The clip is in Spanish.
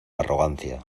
arrogancia